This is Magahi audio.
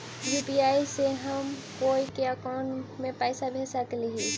यु.पी.आई से हम कोई के अकाउंट में पैसा भेज सकली ही?